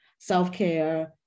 self-care